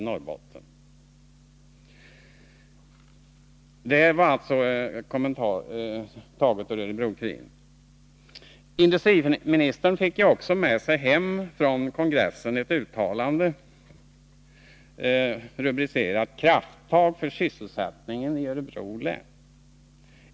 Norrbotten. Detta var alltså taget ur Örebro-Kuriren. Industriministern fick också med sig hem från kongressen ett uttalande, rubricerat ”Krafttag för sysselsättning i Örebro län”.